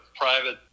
private